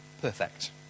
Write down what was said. perfect